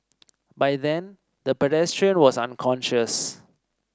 by then the pedestrian was unconscious